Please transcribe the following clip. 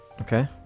Okay